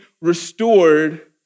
restored